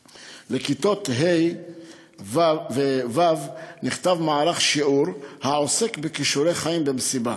אחדות: לכיתות ה' וו' נכתב מערך שיעור העוסק בכישורי חיים במסיבה.